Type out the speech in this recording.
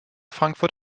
frankfurt